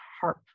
harp